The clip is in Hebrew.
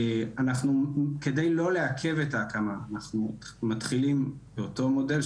אנחנו כדי לא לעכב את ההקמה אנחנו מתחילים באותו מודל,